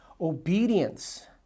Obedience